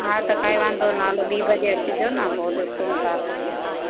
हा त काई वांधो न हलो ॿी बजे अचजो न पो ॾिसूं था जेको